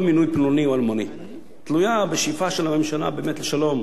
היא תלויה בשאיפה של הממשלה באמת לשלום ובאי-חרחור מלחמה,